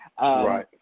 Right